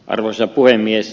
arvoisa puhemies